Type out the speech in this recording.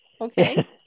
Okay